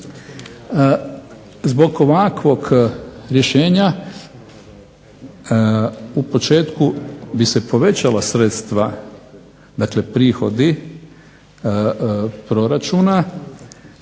Zbog ovakvog rješenja u početku bi se povećala sredstva, dakle prihodi proračuna